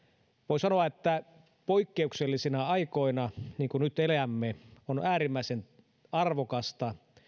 voi sanoa että poikkeuksellisina aikoina niin kuin nyt elämme on äärimmäisen arvokasta